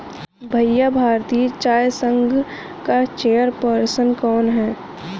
भैया भारतीय चाय संघ का चेयर पर्सन कौन है?